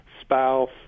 spouse—